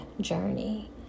journey